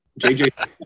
JJ